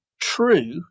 true